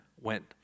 went